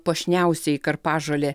puošniausioji karpažolė